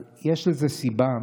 אז יש איזו סיבה.